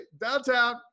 downtown